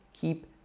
keep